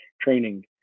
training